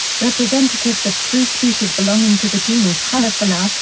representatives of three species belonging to the genus halophila,